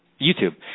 YouTube